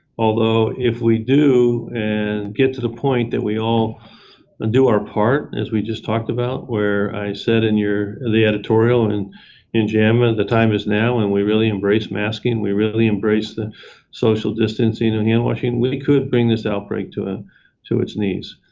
although, if we do and get to the point that we all and do our part, as we just talked about, where i said in your and the editorial and and in jama, the time is now and we really embrace masking, we really embrace the social distancing and handwashing, we we could bring this outbreak to ah to its knees,